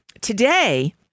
today